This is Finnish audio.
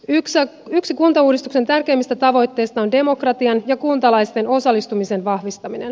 yksi kuntauudistuksen tärkeimmistä tavoitteista on demokratian ja kuntalaisten osallistumisen vahvistaminen